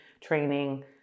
training